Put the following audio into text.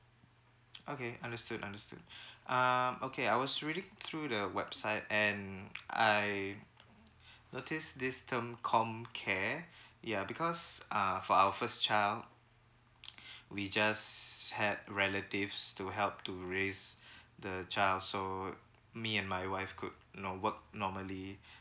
okay understood understood uh okay I was reading through the website and I noticed this term comcare ya because uh for our first child we just had relatives to help to raise the child so me and my wife could you know work normally